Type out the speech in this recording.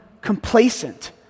complacent